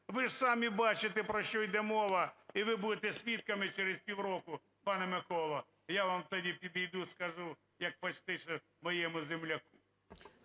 ви ж самі бачите, про що йде мова і ви будете свідками через півроку, пане Миколо, і я вам тоді підійду, скажу як почти что моєму земляку.